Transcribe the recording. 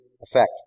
effect